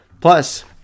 Plus